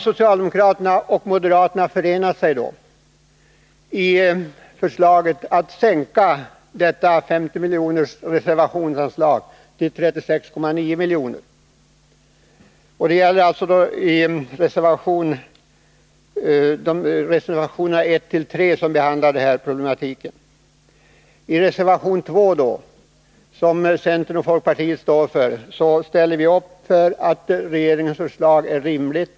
Socialdemokraterna och moderaterna har förenat sig i förslaget att sänka det i propositionen föreslagna reservationsanslaget på 50 milj.kr. till 36,9 milj.kr. I reservation 2 anför centerns och folkpartiets representanter i utskottet att regeringens förslag är rimligt.